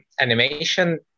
animation